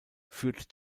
führt